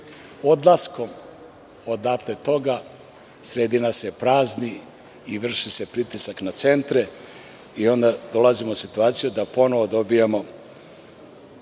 Odlaskom odatle sredina se prazni i vrši se pritisak na centre i onda dolazimo u situaciju da ponovo dobijamo